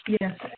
yes